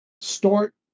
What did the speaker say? start